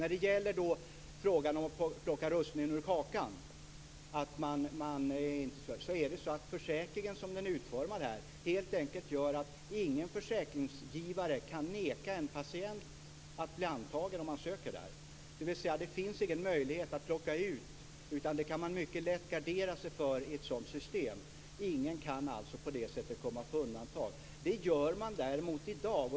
När det gäller frågan om att plocka russinen ur kakan är det så att som försäkringen är utformad kan ingen försäkringsgivare neka en patient att bli antagen om han söker där. Det finns alltså ingen möjlighet att plocka ut patienter, utan det kan man mycket lätt gardera sig mot i ett sådant system. Ingen kan på det sättet komma på undantag. Det gör man däremot i dag.